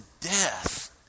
death